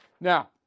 Now